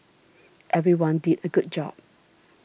everyone did a good job